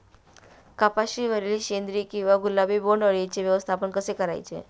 कपाशिवरील शेंदरी किंवा गुलाबी बोंडअळीचे व्यवस्थापन कसे करायचे?